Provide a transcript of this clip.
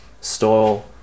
stole